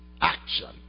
action